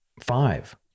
Five